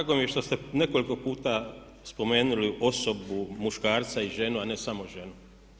Drago mi je što ste nekoliko puta spomenuli osobu muškarca i ženu a ne samo ženu.